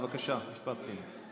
בבקשה, משפט סיום.